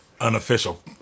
unofficial